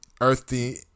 earthy